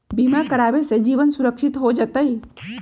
बीमा करावे से जीवन के सुरक्षित हो जतई?